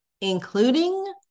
including